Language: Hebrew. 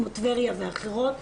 כמו טבריה ואחרות,